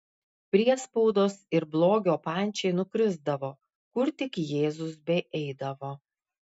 priespaudos ir blogio pančiai nukrisdavo kur tik jėzus beeidavo